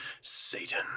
Satan